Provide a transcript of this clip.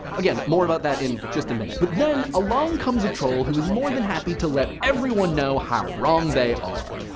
again, more about that in just a minute. but then along comes a troll who is more than happy to let everyone know how wrong they are.